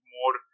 more